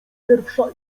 pierwsza